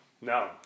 No